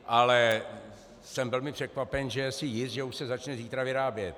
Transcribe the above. Ale jsem velmi překvapen, že si je jist, že už se začne zítra vyrábět.